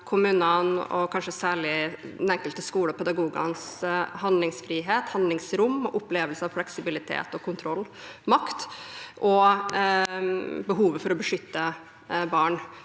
kommunene og kanskje særlig den enkelte skoles og pedagogs handlefrihet og handlingsrom, opplevelse av fleksibilitet og kontroll, makt og behovet for å beskytte barn